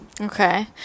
Okay